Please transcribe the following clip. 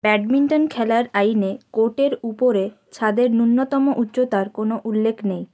badminton খেলার আইনে কোর্টের উপরে ছাদের ন্যূনতম উচ্চতার কোনও উল্লেখ নেই